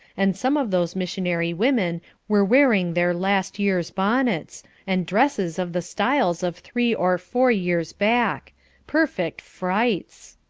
and some of those missionary women were wearing their last year's bonnets and dresses of the styles of three or four years back perfect frights!